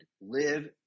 live